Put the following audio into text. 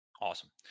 awesome